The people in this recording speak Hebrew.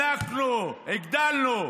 עוד פעם, הענקנו, הגדלנו.